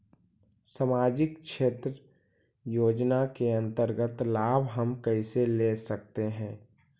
समाजिक क्षेत्र योजना के अंतर्गत लाभ हम कैसे ले सकतें हैं?